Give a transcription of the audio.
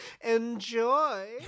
Enjoy